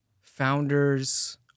founders